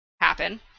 happen